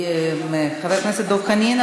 חבר הכנסת דב חנין,